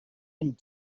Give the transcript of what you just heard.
and